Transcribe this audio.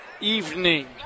evening